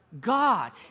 God